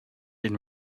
and